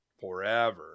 forever